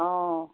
অঁ